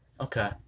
Okay